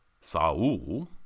Saul